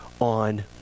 on